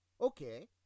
Okay